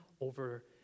over